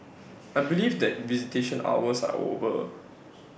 I believe that visitation hours are over